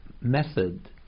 method